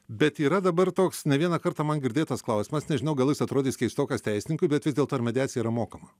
bet yra dabar toks ne vieną kartą man girdėtas klausimas nežinau gal jis atrodys keistokas teisininkui bet vis dėlto ar mediacija yra mokama